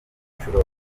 inshuro